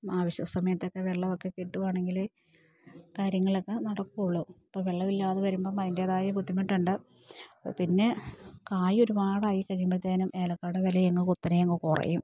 ആവശ്യ സമയത്തൊക്കെ വെള്ളമൊക്കെ കിട്ടുകയാണെങ്കിൽ കാര്യങ്ങളൊക്കെ നടക്കുകയുള്ളൂ ഇപ്പം വെള്ളമില്ലാതെ വരുമ്പം അതിൻ്റെതായ ബുദ്ധിമുട്ടുണ്ട് അപ്പം പിന്നെ കായ ഒരുപാടായി കഴിയുമ്പോഴ്ത്തേനും ഏലക്കായുടെ വിലയങ്ങ് കുത്തനെയങ്ങ് കുറയും